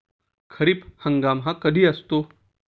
खरीप हंगाम हा कधी असतो?